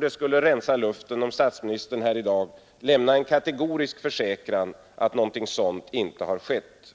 Det skulle rensa luften om statsministern här i dag lämnade en kategorisk försäkran att något sådant inte har skett.